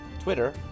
Twitter